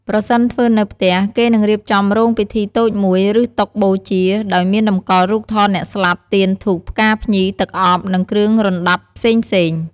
ប្រសិនធ្វើនៅផ្ទះ គេនឹងរៀបចំរោងពិធីតូចមួយ ឬតុបូជា ដោយមានតម្កល់រូបថតអ្នកស្លាប់ ទៀន ធូប ផ្កាភ្ញី ទឹកអប់ និងគ្រឿងរណ្ដាប់ផ្សេងៗ។